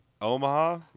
Omaha